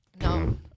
no